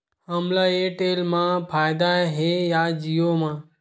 हमला एयरटेल मा फ़ायदा हे या जिओ मा?